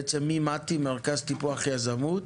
מט"י, מרכז טיפוח יזמות,